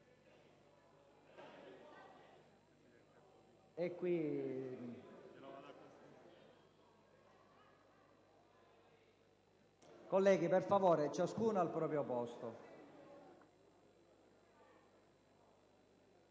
Colleghi, per favore, ciascuno al proprio posto.